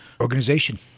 organization